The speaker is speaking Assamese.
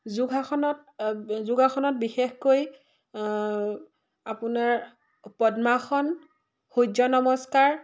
যোগাসনত যোগাসনত বিশেষকৈ আপোনাৰ পদ্মাসন সূৰ্য নমস্কাৰ